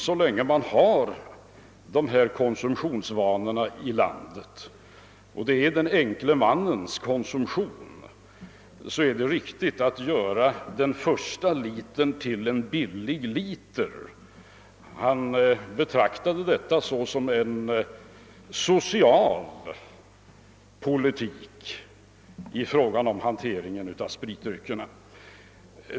Så länge man i vårt land har de konsumtionsvanor som man har — och det var den enkle mannens konsumtionsvanor som härmed åsyftades — skulle det vara riktigt att göra den första litern billig. Thorsson betraktade detta såsom en social politik i hanteringen av spritdryckerna.